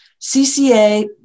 CCA